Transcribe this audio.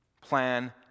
Plan